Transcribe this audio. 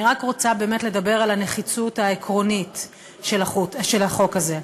אני רק רוצה באמת לדבר על הנחיצות העקרונית של החוק הזה,